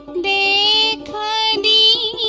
a d